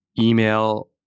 Email